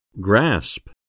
Grasp